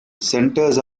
centers